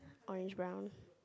orange brown